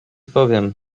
powiem